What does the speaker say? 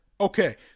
Okay